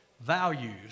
values